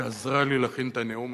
שעזרה לי להכין את הנאום.